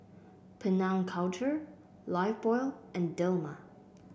Penang Culture Lifebuoy and Dilmah